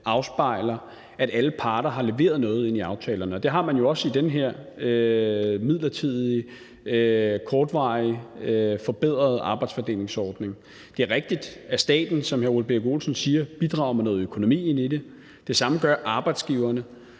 afspejler, at alle parter har leveret noget til aftalerne, og det har man jo også i den her midlertidige, kortvarige forbedrede arbejdsfordelingsordning. Det er rigtigt, at staten, som hr. Ole Birk Olesen siger, bidrager med noget økonomi til det; det samme gør arbejdsgiverne.